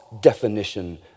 definition